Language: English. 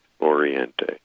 Oriente